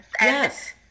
Yes